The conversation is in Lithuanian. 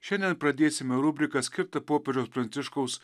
šiandien pradėsime rubriką skirtą popiežiaus pranciškaus